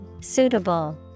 Suitable